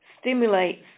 stimulates